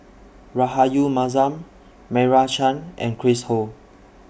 Rahayu Mahzam Meira Chand and Chris Ho